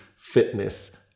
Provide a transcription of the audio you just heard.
fitness